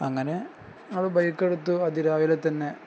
അങ്ങനെ അവിടെ ബൈക്ക് എടുത്തു അതിൽ രാവിലെ തന്നെ